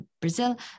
Brazil